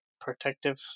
Protective